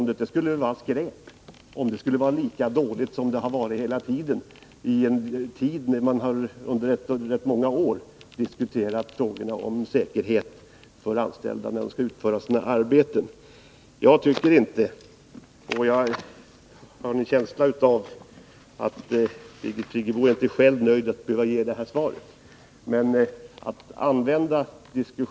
Det skulle vara skräp om det var lika dåligt med det nya beståndet, när man nu under flera år har diskuterat de anställdas säkerhet när de skall utföra sina arbeten. Jag har en känsla av att Birgit Friggebo själv inte är nöjd med att behöva ge ett sådant här svar.